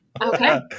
Okay